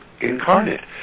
incarnate